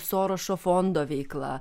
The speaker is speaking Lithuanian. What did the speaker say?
sorošo fondo veikla